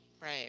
Right